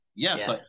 Yes